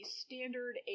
standard